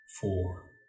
four